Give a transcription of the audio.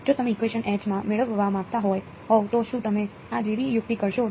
જો તમે ઇકવેશન માં મેળવવા માંગતા હોવ તો શું તમે આ જેવી યુક્તિ કરશો